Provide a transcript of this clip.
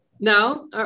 No